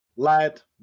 light